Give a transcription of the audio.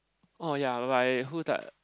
oh ya why who's like